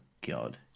God